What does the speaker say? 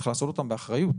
צריך לעשות אותם באחריות.